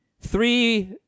three